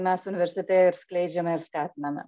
mes universitete ir skleidžiame ir skatiname